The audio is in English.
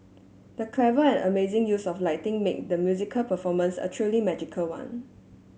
the clever and amazing use of lighting made the musical performance a truly magical one